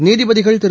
நீதிபதிகள் திரு